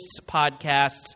podcasts